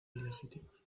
ilegítimos